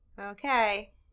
Okay